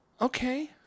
Okay